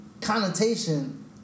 connotation